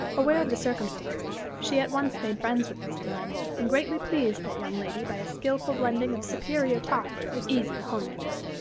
aware of the circumstances, she at once made friends with miss derrick, and greatly pleased that young lady by a skilful blending of superior talk with easy homeliness.